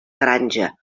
granja